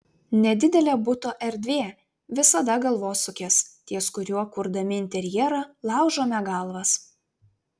nedidelė buto erdvė visada galvosūkis ties kuriuo kurdami interjerą laužome galvas